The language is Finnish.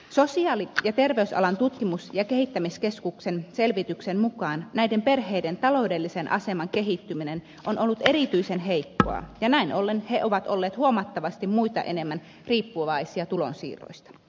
sosiaali ja terveysalan tutkimus ja kehittämiskeskuksen selvityksen mukaan näiden perheiden taloudellisen aseman kehittyminen on ollut erityisen heikkoa ja näin ollen ne ovat olleet huomattavasti muita enemmän riippuvaisia tulonsiirroista